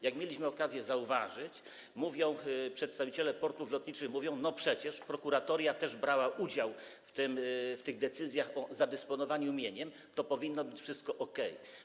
Jak mieliśmy okazję zauważyć, przedstawiciele „Portów Lotniczych” mówią: przecież prokuratoria też brała udział w tych decyzjach o zadysponowaniu mieniem, a zatem powinno być wszystko okej.